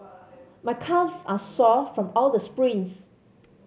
my calves are sore from all the sprints